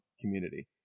Community